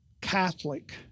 Catholic